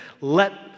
Let